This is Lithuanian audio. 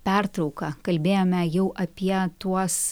pertrauką kalbėjome jau apie tuos